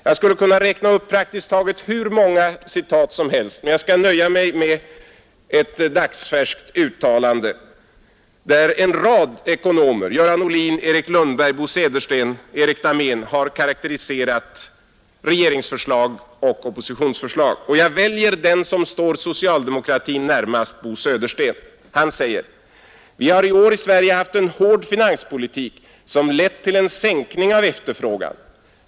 Jag skulle kunna läsa praktiskt taget hur många citat som helst, men jag skall nöja mig med ett dagsfärskt uttalande där en rad ekonomer — Göran Ohlin, Erik Lundberg, Bo Södersten, Erik Dahmén — har karakteriserat regeringens förslag och oppositionens förslag. Och jag väljer då uttalandet av den som står socialdemokratin närmast, Bo Södersten: ”——— vi har i år haft en hård finanspolitik som lett till en sänkning av efterfrågan.